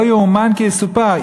לא יאומן כי יסופר.